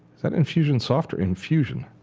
that infusionsoft or infusion?